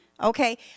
okay